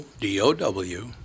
D-O-W